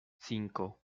cinco